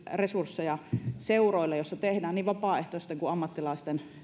resursseja erityisesti seuroille joissa tehdään niin vapaaehtoisten kuin ammattilaisten